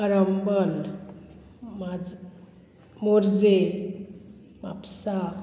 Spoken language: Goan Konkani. आरांबोल माज मोर्जे म्हापसा